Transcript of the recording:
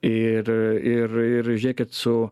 ir ir ir žiūrėkit su